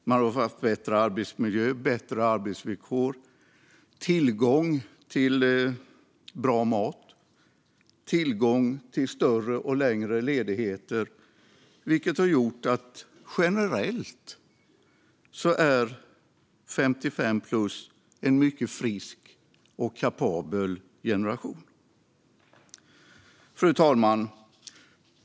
De har haft bättre arbetsmiljö, bättre arbetsvillkor och tillgång till bra mat och längre ledigheter, vilket har gjort att 55-plus är en mycket frisk och kapabel generation. Fru talman!